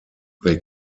they